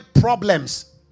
problems